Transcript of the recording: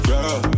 Girl